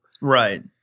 Right